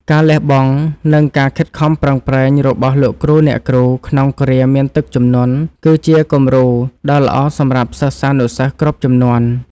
ការលះបង់ និងការខិតខំប្រឹងប្រែងរបស់លោកគ្រូអ្នកគ្រូក្នុងគ្រាមានទឹកជំនន់ គឺជាគំរូដ៏ល្អសម្រាប់សិស្សានុសិស្សគ្រប់ជំនាន់។